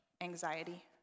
anxiety